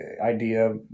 idea